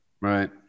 Right